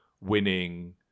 winning